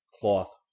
cloth